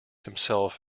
himself